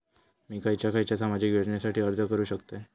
मी खयच्या खयच्या सामाजिक योजनेसाठी अर्ज करू शकतय?